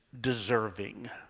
deserving